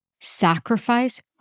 sacrifice